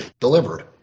delivered